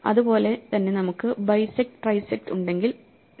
അതുപോലെ തന്നെ നമുക്ക് ബൈ സെക്ട് ട്രൈ സെക്ട് ഉണ്ടെങ്കിൽ sec